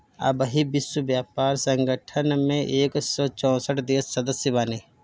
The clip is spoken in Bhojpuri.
अबही विश्व व्यापार संगठन में एक सौ चौसठ देस सदस्य बाने